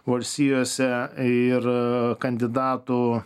valstijose ir kandidatų